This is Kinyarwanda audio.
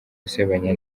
gusebanya